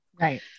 Right